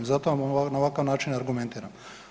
Zato vam na ovakav način argumentiram.